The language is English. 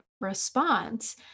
response